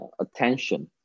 attention